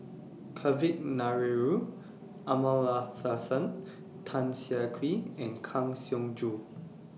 Kavignareru Amallathasan Tan Siah Kwee and Kang Siong Joo